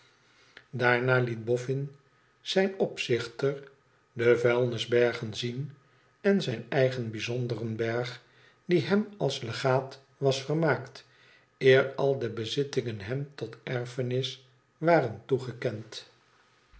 daarna liet boffin zijn opzichter de vuilnisbergen zien en zijn eigen bijzonderen berg die hem als legaat was vermaakt eer al de bezittingen hem tot erfenis waren toegekend